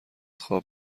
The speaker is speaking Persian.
خواب